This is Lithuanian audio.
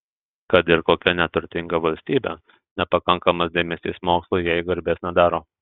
kad ir kokia neturtinga valstybė nepakankamas dėmesys mokslui jai garbės nedaro